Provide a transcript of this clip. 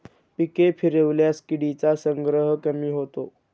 पिके फिरवल्यास किडींचा संग्रह कमी होतो